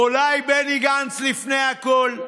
אולי בני גנץ לפני הכול?